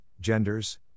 genders